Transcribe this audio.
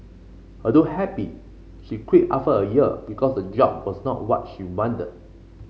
although happy she quit after a year because the job was not what she wanted